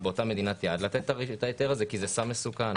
באותה מדינת יעד לתת את ההיתר הזה כי זה סם מסוכן.